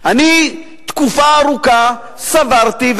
תקופה ארוכה סברתי,